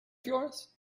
yours